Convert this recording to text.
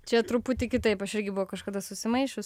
čia truputį kitaip aš irgi buvau kažkada susimaišius